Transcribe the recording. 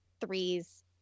threes